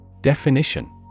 Definition